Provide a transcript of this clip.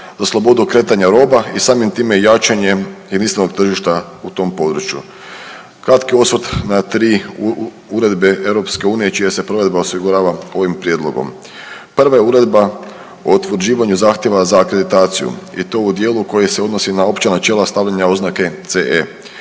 za slobodu kretanja roba i samim time i jačanjem emisionog tržišta u tom području. Kratki osvrt na tri uredbe Europske unije čija se provedba osigurava ovim prijedlogom. Prva je uredba o utvrđivanju zahtjeva za akreditaciju. I to dijelu koje se odnosi na opća načela stavljanja oznake CE.